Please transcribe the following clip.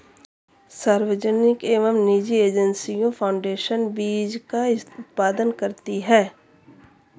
सार्वजनिक एवं निजी एजेंसियां फाउंडेशन बीज का उत्पादन करती है